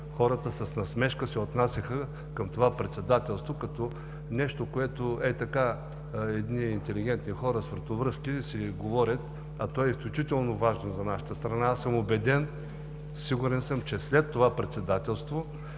хората с насмешка се отнасяха към председателството, като нещо, което ей така едни интелигентни хора с вратовръзки си говорят, а то е изключително важно за нашата страна. Аз съм убеден, сигурен съм, че след това председателство